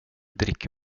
drick